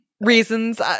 reasons